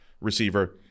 receiver